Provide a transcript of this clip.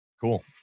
cool